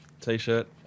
t-shirt